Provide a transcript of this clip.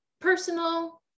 personal